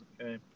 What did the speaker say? okay